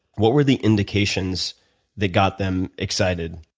what were the indications that got them excited?